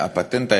חבר הכנסת רותם,